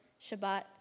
Shabbat